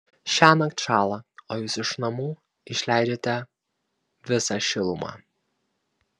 šiąnakt šąla o jūs iš namų išleidžiate visą šilumą